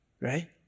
right